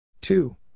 Two